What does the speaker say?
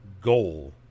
goal